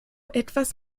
etwas